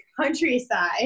countryside